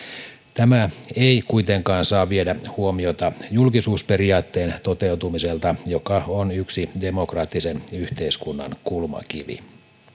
tämä ei kuitenkaan saa viedä huomiota julkisuusperiaatteen toteutumiselta joka on yksi demokraattisen yhteiskunnan kulmakivi